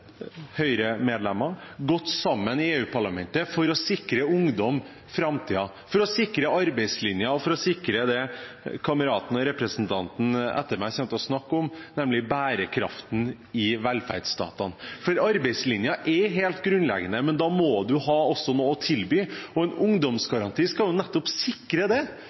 for å sikre det som kameraten og representanten etter meg kommer til å snakke om, nemlig bærekraften i velferdsstatene. Arbeidslinjen er helt grunnleggende, men da må man også ha noe å tilby, og en ungdomsgaranti skal sikre nettopp det: sikre at man har arbeid, eller at man får utdanning. Dette er noe av det